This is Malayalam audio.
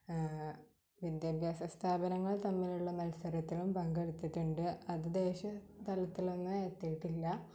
വിദ്യാഭ്യാസ സ്ഥാപനങ്ങൾ തമ്മിലുള്ള മത്സരത്തിലും പങ്കെടുത്തിട്ടുണ്ട് അത് ദേശീയ തലത്തിലൊന്നുവെത്തീട്ടില്ല